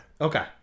Okay